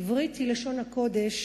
עברית היא לשון הקודש,